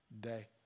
day